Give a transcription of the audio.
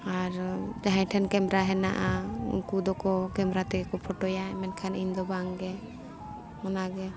ᱟᱨ ᱡᱟᱦᱟᱸᱭ ᱴᱷᱮᱱ ᱠᱮᱢᱮᱨᱟ ᱦᱮᱱᱟᱜᱼᱟ ᱩᱱᱠᱩ ᱫᱚᱠᱚ ᱠᱮᱢᱮᱨᱟ ᱛᱮᱜᱮ ᱠᱚ ᱯᱷᱚᱴᱳᱭᱟ ᱢᱮᱱᱠᱷᱟᱱ ᱤᱧᱫᱚ ᱵᱟᱝᱜᱮ ᱚᱱᱟᱜᱮ